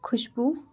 خُشبوٗ